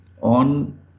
on